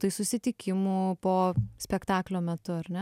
tai susitikimų po spektaklio metu ar ne